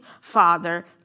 father